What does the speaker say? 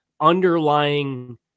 underlying